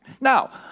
Now